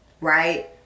right